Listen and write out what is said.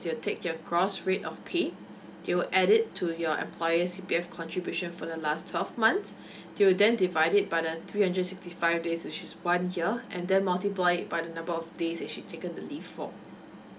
you take your gross rate of pay they will add it to your employer's C_P_F contribution for the last twelve months they will then divide it by the three hundred sixty five days which is one year and there multiply it by the number of days that she's taken the leave for